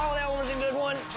was a good one.